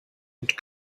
und